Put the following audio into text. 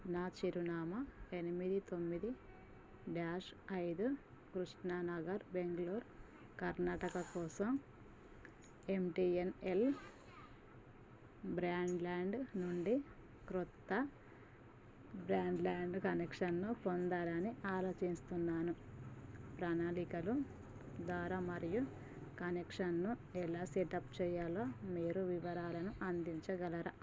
నా చిరునామా ఎనిమిది తొమ్మిది డ్యాష్ ఐదు కృష్ణానగర్ బెంగళూరు కర్ణాటక కోసం M T N L broadband నుండి క్రొత్త బ్రాండ్ల్యాండ్ కనెక్షన్ను పొందాలని ఆలోచిస్తున్నాను ప్రణాళికలు ధర మరియు కనెక్షన్ను ఎలా సెటప్ చెయ్యాలో మీరు వివరాలను అందించగలరా